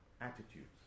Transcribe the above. attitudes